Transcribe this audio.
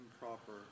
improper